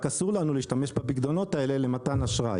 רק אסור לנו להשתמש בפיקדונות האלה למתן אשראי.